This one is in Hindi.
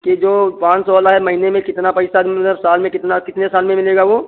कि जो पाँच सौ वाला है महीने में कितना पैसा कि मतलब साल में कितना कितने साल में मिलेगा वो